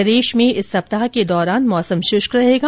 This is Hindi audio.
प्रदेश में इस सप्ताह के दौरान मौसम शुष्क रहेगा